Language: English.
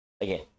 Again